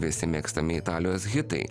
visi mėgstami italijos hitai